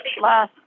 last